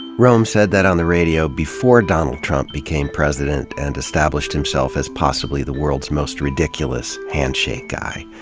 rome said that on the radio before donald trump became president and established himself as possibly the world's most ridiculous handshake guy.